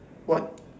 what